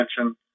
attention